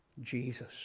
Jesus